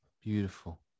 Beautiful